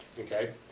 okay